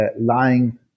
lying